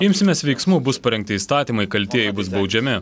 imsimės veiksmų bus parengti įstatymai kaltieji bus baudžiami